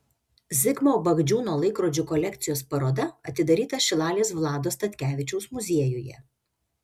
zigmo bagdžiūno laikrodžių kolekcijos paroda atidaryta šilalės vlado statkevičiaus muziejuje